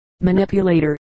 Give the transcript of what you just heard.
manipulator